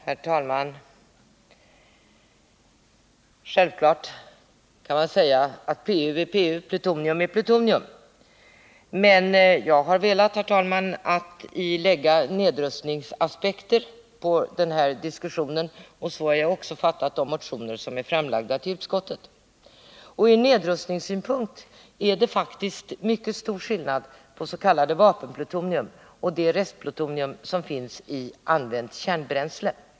Herr talman! Självfallet kan man säga att plutonium är plutonium — men det finns olika isotoper. Jag har emellertid, herr talman, velat lägga nedrustningsaspekter på den här diskussionen, och så har jag även fattat de motioner som remitterats till utskottet. Ur nedrustningssynpunkt är det faktiskt mycket stor skillnad på s.k. vapenplutonium och det plutonium som finns i använt kärnbränsle.